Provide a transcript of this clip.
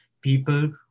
people